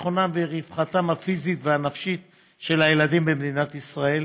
ביטחונם ורווחתם הפיזית והנפשית של הילדים במדינת ישראל,